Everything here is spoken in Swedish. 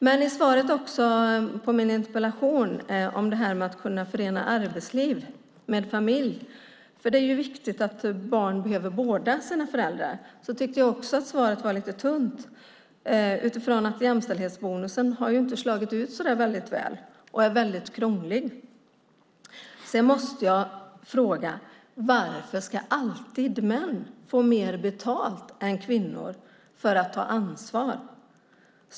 Det handlar också om att kunna förena arbetsliv med familj. Barn behöver båda sina föräldrar. Jag tyckte också där att svaret på min interpellation var lite tunt. Jämställdhetsbonusen har inte slagit så väl ut, och den är väldigt krånglig. Jag måste fråga: Varför ska alltid män få mer betalt än kvinnor för att ta ansvar?